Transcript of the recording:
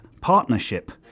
partnership